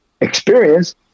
experience